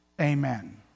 Amen